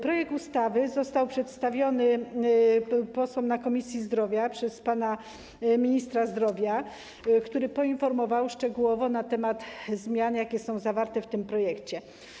Projekt ustawy został przedstawiony posłom na posiedzeniu Komisji Zdrowia przez pana ministra zdrowia, który poinformował szczegółowo na temat zmian, jakie są zawarte w tym projekcie.